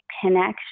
connection